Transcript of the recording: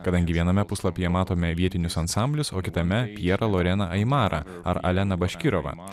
kadangi viename puslapyje matome vietinius ansamblius o kitame pjerą lorena aimarą ar alleną baškirova